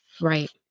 Right